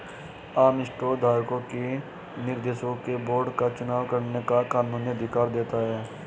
आम स्टॉक धारकों को निर्देशकों के बोर्ड का चुनाव करने का कानूनी अधिकार देता है